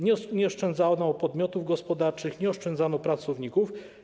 Nie oszczędzano podmiotów gospodarczych, nie oszczędzano pracowników.